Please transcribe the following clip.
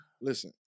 Listen